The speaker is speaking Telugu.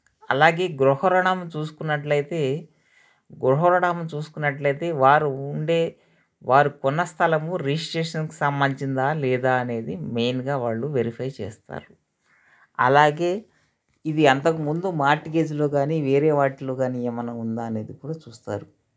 అలాగే గృహ రుణం చూసుకున్నట్లయితే గృహ రుణం చూసుకున్నట్లయితే వారు ఉండే వారు కొన్న స్థలము రిజిస్ట్రేషన్కి సంబందించిందా లేదా అనేది మెయిన్గా వాళ్ళు వెరిఫై చేస్తారు అలాగే ఇది అంతకుముందు మార్టికేజ్లో కానీ వేరే వాటిలో కానీ ఏమన్నా ఉందా అనేది కూడా చూస్తారు